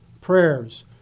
prayers